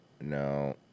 No